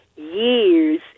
years